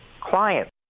clients